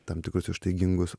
tam tikus ištaigingus